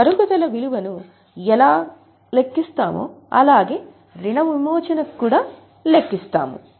తరుగుదల విలువ ని ఎలా లెక్కిస్తామో అలాగే రుణ విమోచన కూడా లెక్కిస్తాము